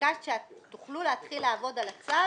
ביקשת שתוכלו להתחיל לעבוד על הצו